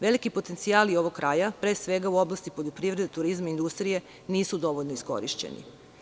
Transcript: Veliki potencijali ovog kraja, pre svega u oblasti poljoprivrede, turizma i industrije nisu dovoljno iskorišćeni.